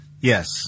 Yes